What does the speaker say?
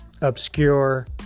obscure